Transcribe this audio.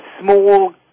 small